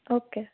okay